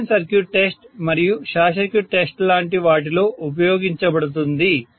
open circuit test మరియు short circuit test లాంటి వాటిలో ఉపయోగించబడుతుంది